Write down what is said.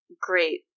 great